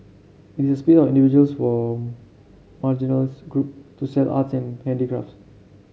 it is a individuals from marginals group to sell arts and handicrafts